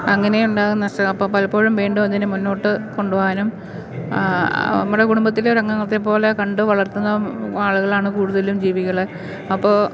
അങ്ങനെയുണ്ടാകുന്ന നഷ്ട അപ്പോള് പലപ്പോഴും വീണ്ടും അതിനെ മുന്നോട്ട് കൊണ്ടുപോവാനും നമ്മുടെ കുടുബത്തിലെ ഒരംഗത്തെ പോലെ കണ്ട് വളർത്തുന്ന ആളുകളാണ് കൂടുതലും ജീവികളെ അപ്പോള്